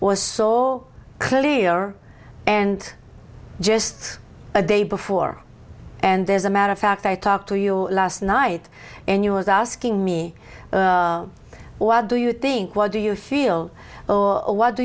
was saw clearer and just a day before and there's a matter of fact i talked to you last night and he was asking me what do you think what do you feel or what do